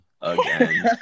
again